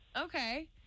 Okay